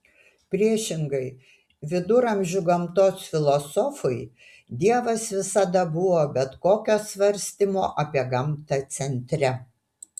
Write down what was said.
priešingai viduramžių gamtos filosofui dievas visada buvo bet kokio svarstymo apie gamtą centre